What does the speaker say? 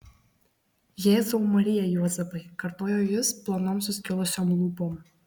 jėzau marija juozapai kartojo jis plonom suskilusiom lūpom